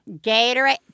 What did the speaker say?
Gatorade